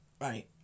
right